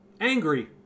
angry